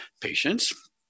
patients